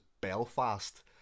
Belfast